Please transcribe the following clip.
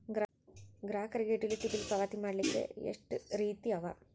ಗ್ರಾಹಕರಿಗೆ utility bill ಪಾವತಿ ಮಾಡ್ಲಿಕ್ಕೆ ಎಷ್ಟ ರೇತಿ ಅವ?